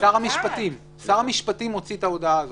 זה שר המשפטים, הוא מוציא את ההודעה הזאת.